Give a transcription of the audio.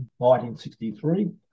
1963